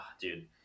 Dude